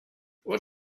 what